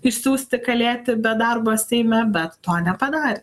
išsiųsti kalėti be darbo seime bet to nepadarė